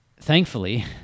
thankfully